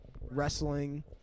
wrestling